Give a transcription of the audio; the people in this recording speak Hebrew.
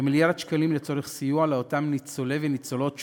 כמיליארד שקלים לצורך סיוע לאותם ניצולי וניצולות השואה,